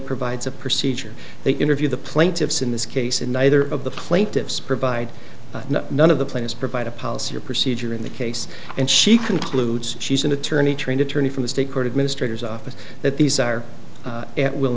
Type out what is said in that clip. provides a procedure they interview the plaintiffs in this case and neither of the plaintiffs provide none of the plaintiffs provide a policy or procedure in the case and she concludes she's an attorney trained attorney from the state court administrator office that these are at will